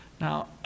Now